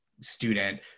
student